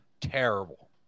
terrible